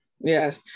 Yes